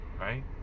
right